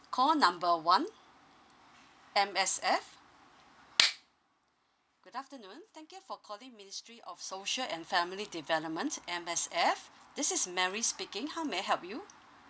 call number one M_S_F good afternoon thank you for calling ministry of social and family development M_S_F this is mary speaking how may I help you